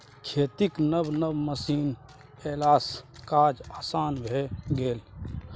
खेतीक नब नब मशीन एलासँ काज आसान भए गेल